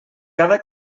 cada